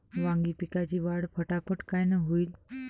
वांगी पिकाची वाढ फटाफट कायनं होईल?